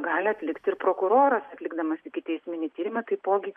gali atlikti ir prokuroras atlikdamas ikiteisminį tyrimą taipogi